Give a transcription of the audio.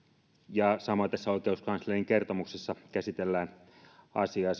ja samoin tässä oikeuskanslerin kertomuksessa käsitellään asiaa